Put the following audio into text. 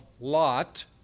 Lot